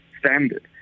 standard